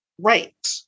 Right